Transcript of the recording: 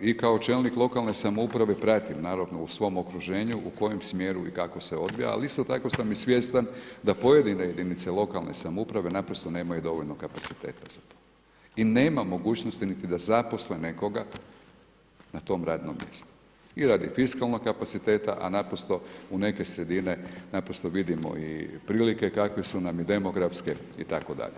i kao čelnik lokalne samouprave pratim naravno, u svom okruženju u kojem smjeru i kako se odvija ali isto tako sam i svjestan da pojedine jedinice lokalne samouprave naprosto nemaju dovoljno kapaciteta i nema mogućnosti niti da zaposle nekoga na tom radnom mjestu i radi fiskalnog kapaciteta a naprosto u neke sredine vidimo i prilike kakve su nam demografske itd.